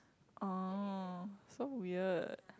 orh so weird